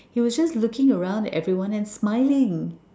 he was just looking around at everyone and smiling